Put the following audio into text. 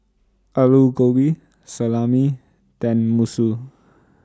Alu Gobi Salami Tenmusu